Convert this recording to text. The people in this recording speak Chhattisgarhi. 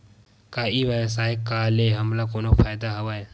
का ई व्यवसाय का ले हमला कोनो फ़ायदा हवय?